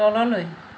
তললৈ